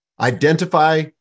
identify